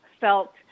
felt